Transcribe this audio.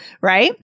right